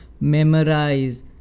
memorize